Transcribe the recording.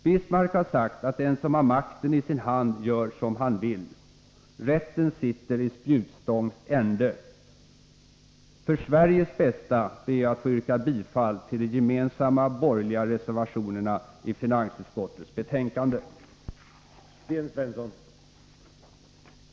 Bismarck har sagt att den som har makten i sin hand gör som han vill. Rätten sitter i spjutstångs ände. För Sveriges bästa ber jag att få yrka bifall till de gemensamma borgerliga reservationerna i finansutskottets betänkande 20.